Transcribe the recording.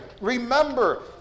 remember